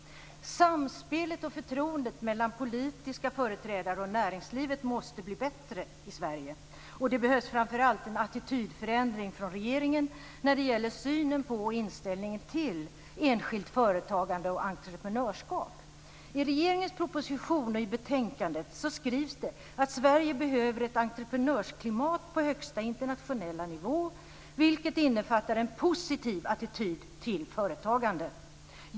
Samspelet och förtroendet mellan politiska företrädare och näringslivet måste bli bättre i Sverige. Det behövs framför allt en attitydförändring från regeringen när det gäller synen på och inställningen till enskilt företagande och entreprenörskap. "att Sverige behöver ett entreprenörsklimat på högsta internationella nivå vilket innefattar en positiv attityd till företagande".